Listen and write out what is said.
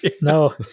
No